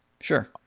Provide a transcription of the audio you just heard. Sure